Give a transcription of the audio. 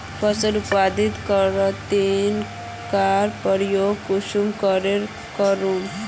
फसल उत्पादन तकनीक का प्रयोग कुंसम करे करूम?